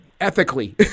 ethically